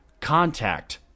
Contact